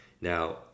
now